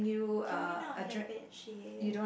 can we not get bedsheet